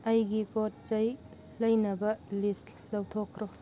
ꯑꯩꯒꯤ ꯄꯣꯠ ꯆꯩ ꯂꯩꯅꯕ ꯂꯤꯁ ꯂꯧꯊꯣꯛꯈ꯭ꯔꯣ